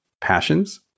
passions